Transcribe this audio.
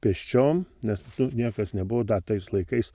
pėsčiom nes nu niekas nebuvo da tais laikais